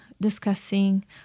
discussing